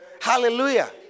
Hallelujah